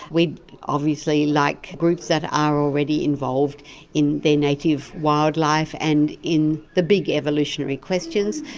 we obviously like groups that are already involved in their native wildlife and in the big evolutionary questions.